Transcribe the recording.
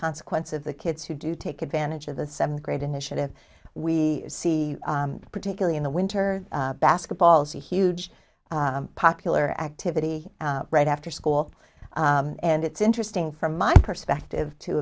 consequence of the kids who do take advantage of the seventh grade initiative we see particularly in the winter basketball's a huge popular activity right after school and it's interesting from my perspective to